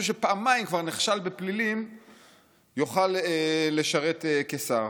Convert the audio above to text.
שכבר פעמיים נכשל בפלילים יוכל לשרת כשר.